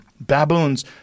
baboons